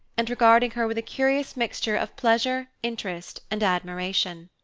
and regarding her with a curious mixture of pleasure, interest, and admiration.